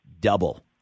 double